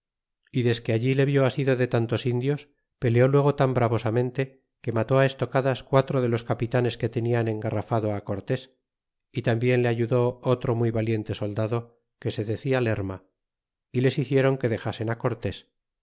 y desque allí le rió asido de tantos indios peleó luego tan brovosamente que maté a estocadas quatro de los capitanes que tenian engarrafado a cortés y larnbien le ayudó otro muy valiente soldado que se decía lerma y les hicieron que dexasen á cortés